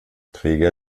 träger